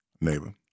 neighbor